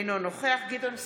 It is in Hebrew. אינו נוכח גדעון סער,